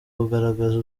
kugaragaza